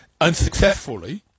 Unsuccessfully